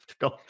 Go